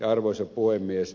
arvoisa puhemies